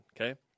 okay